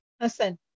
Listen